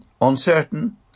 uncertain